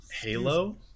Halo